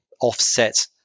offset